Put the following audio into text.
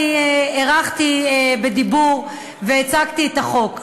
אני הארכתי בדיבור והצגתי את החוק,